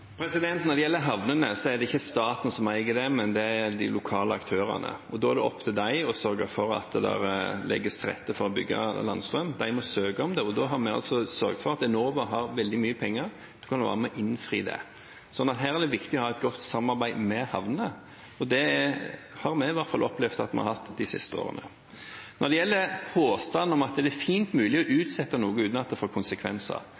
Når det gjelder havnene, er det ikke staten som eier det, men det er de lokale aktørene. Da er det opp til dem å sørge for at det legges til rette for å bygge landstrøm. De må søke om det, og vi har da sørget for at Enova har veldig mye penger for å kunne være med og innfri det. Så her er det viktig å ha et godt samarbeid med havnene, og det har i hvert fall vi opplevd at vi har hatt de siste årene. Når det gjelder påstanden om at det er godt mulig å utsette noe uten at det får konsekvenser: